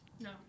No